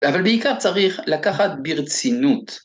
‫אבל בעיקר צריך לקחת ברצינות.